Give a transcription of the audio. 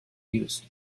used